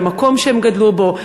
אל המקום שהם גדלו בו,